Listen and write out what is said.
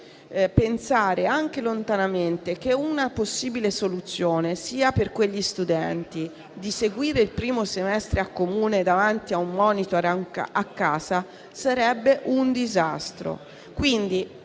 pensare anche lontanamente che una possibile soluzione per quegli studenti sia di seguire il primo semestre davanti a un *monitor* a casa sarebbe un disastro.